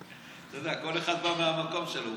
אתה יודע, כל אחד בא מהמקום שלו.